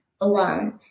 alone